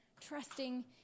trusting